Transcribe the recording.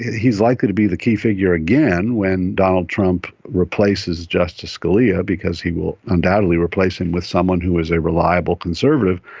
he is likely to be the key figure again when donald trump replaces justice scalia because he will undoubtedly replace him with someone who is a reliable conservative.